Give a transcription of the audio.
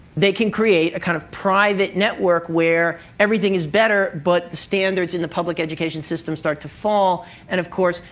they can create a kind of private network where everything is better, but the standards in the public education system start to fall. and of course,